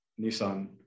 Nissan